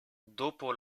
dopo